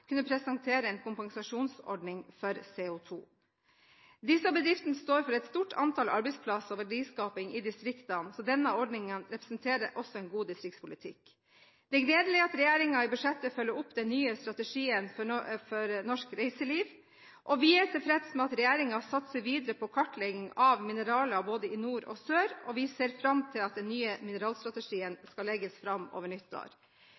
kunne presentere en kompensasjonsordning for CO2. Disse bedriftene står for et stort antall arbeidsplasser og verdiskaping i distriktene, så denne ordningen representerer også en god distriktspolitikk. Det er gledelig at regjeringen i budsjettet følger opp den nye strategien for norsk reiseliv. Vi er tilfreds med at regjeringen satser videre på kartlegging av mineraler både i nord og sør, og vi ser fram til den nye mineralstrategien som skal legges fram over nyttår.